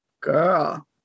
Girl